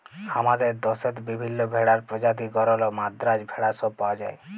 হামাদের দশেত বিভিল্য ভেড়ার প্রজাতি গরল, মাদ্রাজ ভেড়া সব পাওয়া যায়